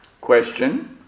question